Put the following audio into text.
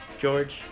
george